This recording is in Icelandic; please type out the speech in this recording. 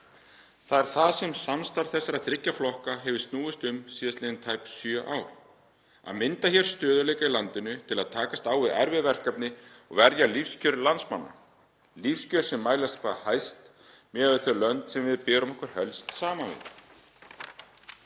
Það er það sem samstarf þessara þriggja flokka hefur snúist um síðastliðin tæp sjö ár, að mynda hér stöðugleika í landinu til að takast á við erfið verkefni og verja lífskjör landsmanna, lífskjör sem mælast hvað hæst miðað við þau lönd sem við berum okkur helst saman við.